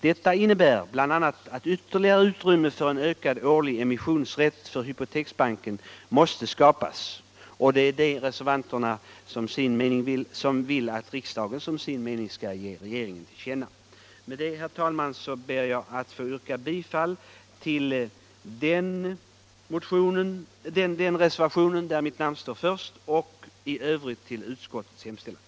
”Detta innebär bl.a. att ytterligare utrymme för en ökad årlig emissionsrätt för Hypoteksbanken måste skapas”, säger vi. Detta vill reservanterna att riksdagen som sin mening skall ge regeringen till känna. Med detta, herr talman, ber jag att få yrka bifall till den reservation där mitt namn står först och i övrigt till utskottets hemställan.